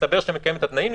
שיסתבר שמקיים את התנאים,